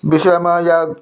विषयमा वा